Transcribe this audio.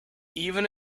even